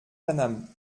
paname